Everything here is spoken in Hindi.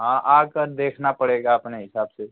हाँ आकर देखना पड़ेगा अपने हिसाब से